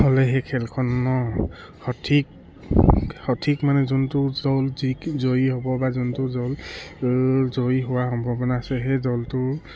হ'লে সেই খেলখনৰ সঠিক সঠিক মানে যোনটো দল যি জয়ী হ'ব বা যোনটো দল জয়ী হোৱা সম্ভাৱনা আছে সেই দলটোৰ